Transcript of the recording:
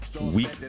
weak